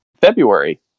February